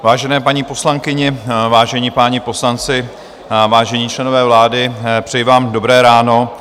Vážené paní poslankyně, vážení páni poslanci, vážení členové vlády, přeji vám dobré ráno.